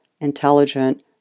intelligent